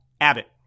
Abbott